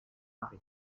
mari